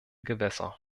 gewässer